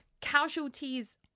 casualties